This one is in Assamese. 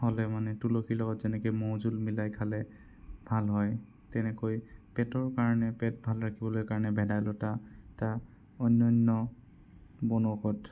হ'লে মানে তুলসীৰ লগত যেনে মৌ জোল মিলাই খালে ভাল হয় তেনেকৈ পেটৰ কাৰণে পেট ভাল ৰাখিবলৈ কাৰণে ভেদাইলতা তা অন্যান্য বনৌষধ